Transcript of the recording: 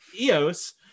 EOS